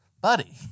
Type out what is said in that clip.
Buddy